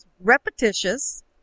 repetitious